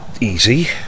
easy